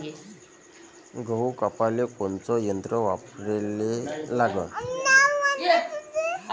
गहू कापाले कोनचं यंत्र वापराले लागन?